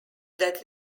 that